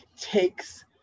takes